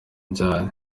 byabo